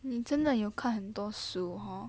你真的有看很多书 hor